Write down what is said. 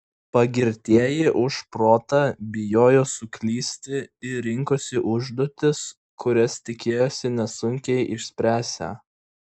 pagirtieji už protą bijojo suklysti ir rinkosi užduotis kurias tikėjosi nesunkiai išspręsią